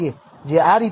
જે આ રીતે દર્શાવે છે